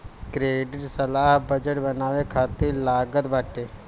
credit सलाह budget बनावे खातिर लागत बाटे